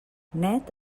net